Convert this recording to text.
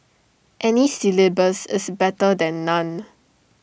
any syllabus is better than none